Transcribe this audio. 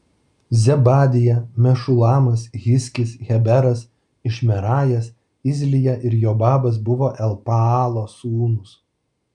zebadija mešulamas hizkis heberas išmerajas izlija ir jobabas buvo elpaalo sūnūs